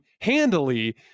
handily